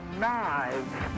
knives